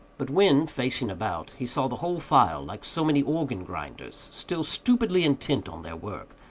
but when, facing about, he saw the whole file, like so many organ-grinders, still stupidly intent on their work,